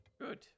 Good